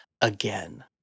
again